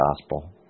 gospel